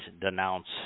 denounce